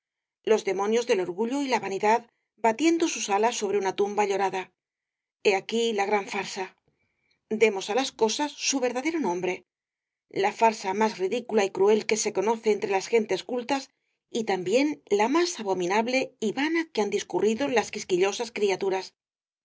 los demonios del orgullo y la vanidad batiendo sus alas sobre una tumba llorada he aquí la gran farsa demos á las cosas su verdadero nombre la farsa más ridicula y cruel que se conoce entre las gentes cultas y también la más abominable y vana que han discurrido las quisquillosas criaturas